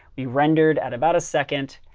we rendered at about a second.